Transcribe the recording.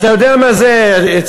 אתה יודע מה זה אצל,